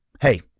hey